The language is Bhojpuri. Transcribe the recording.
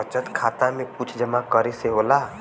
बचत खाता मे कुछ जमा करे से होला?